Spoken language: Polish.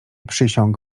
przysiąg